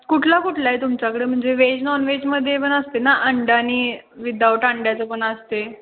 कुठला कुठला आहे तुमच्याकडे म्हणजे व्हेज नॉन व्हेजमध्ये पण असते ना अंड आणि विदाउट अंड्याचं पण असते